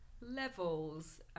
levels